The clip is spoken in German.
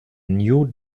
new